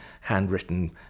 handwritten